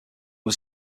was